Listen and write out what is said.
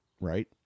right